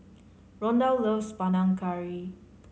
Rondal loves Panang Curry